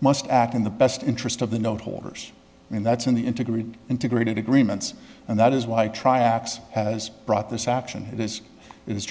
must act in the best interest of the note holders and that's in the integrated integrated agreements and that is why tri x has brought this action this is